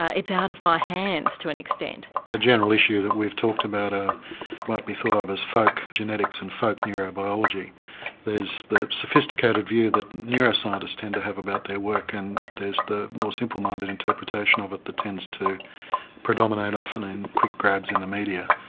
ah it's out of my hands, to an extent. a general issue that we've talked about ah might be thought of as folk genetics and folk neurobiology there's the sophisticated view that neuroscientists tend to have about their work and there's the more simple minded interpretation of it that tends to predominate often in quick grabs in the media.